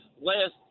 last